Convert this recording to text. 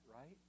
right